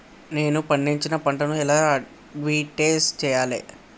నేను పండించిన పంటను ఎలా అడ్వటైస్ చెయ్యాలే?